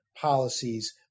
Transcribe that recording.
policies